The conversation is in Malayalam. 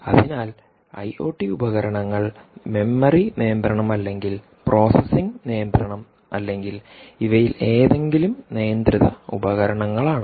അതിനാൽഐഒടി ഉപകരണങ്ങൾ മെമ്മറി നിയന്ത്രണം അല്ലെങ്കിൽ പ്രോസസ്സിംഗ് നിയന്ത്രണം അല്ലെങ്കിൽ ഇവയിൽ ഏതെങ്കിലും നിയന്ത്രിത ഉപകരണങ്ങളാണ്